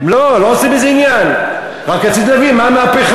לא, לא עושה מזה עניין, רק רציתי להבין מה המהפכה.